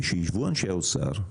ושיישבו אנשי האוצר,